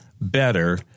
better